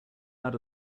out